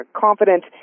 confident